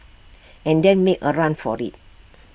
and then make A run for IT